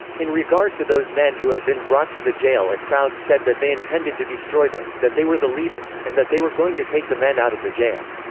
in regard to those men who had been brought to the jail a crowd said that they intended to destroy them that they were the leaders, and that they were going to take the men out of the jail.